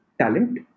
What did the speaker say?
talent